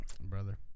brother